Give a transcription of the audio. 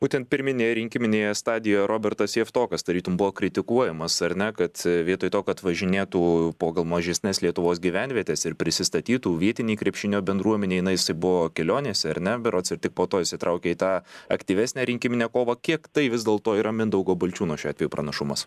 būtent pirminėje rinkiminėje stadijo robertas javtokas tarytum buvo kritikuojamas ar ne kad vietoj to kad važinėtų po gal mažesnes lietuvos gyvenvietes ir prisistatytų vietinei krepšinio bendruomenei na jisai buvo kelionės ar ne berods ir tik po to įsitraukė į tą aktyvesnę rinkiminę kovą kiek tai vis dėlto yra mindaugo balčiūno šiuo atveju pranašumas